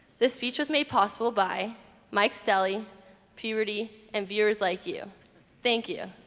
this features made possible by mike's deli puberty and viewers like you thank you